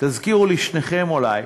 תזכירו לי שניכם אולי,